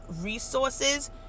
resources